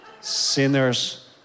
sinners